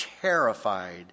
terrified